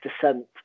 descent